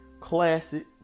Classic